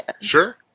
Sure